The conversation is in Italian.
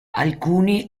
alcuni